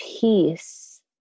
peace